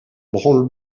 branle